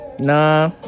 Nah